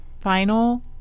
final